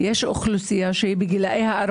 יש עלייה מאוד